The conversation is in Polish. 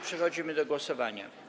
Przechodzimy do głosowania.